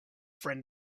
friend